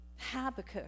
Habakkuk